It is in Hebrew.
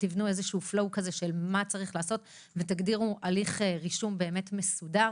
תבנו תרשים זרימה מה צריך לעשות ותגדירו הליך רישום מסודר.